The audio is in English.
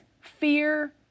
fear